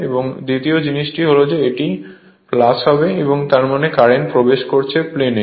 এবং দ্বিতীয় জিনিস হল যে এটি হল তার মানে কারেন্ট প্রবেশ করছে প্লেনে